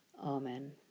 Amen